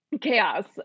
Chaos